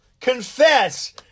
confess